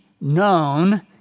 known